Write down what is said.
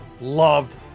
loved